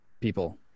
people